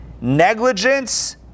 Negligence